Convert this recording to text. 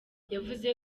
yavuze